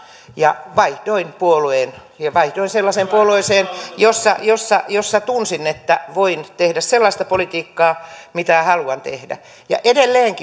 vaihdoin puolueen ja vaihdoin sellaiseen puolueeseen jossa jossa tunsin että voin tehdä sellaista politiikkaa mitä haluan tehdä ja edelleen